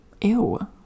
Ew